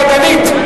ידנית,